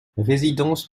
résidence